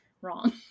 wrong